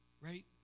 right